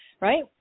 right